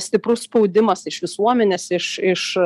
stiprus spaudimas iš visuomenės iš iš